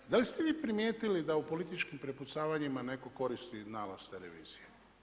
Da li ste vi primijetili da u političkim prepucavanjima netko koristi nalaz te revizije?